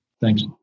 Thanks